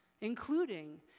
including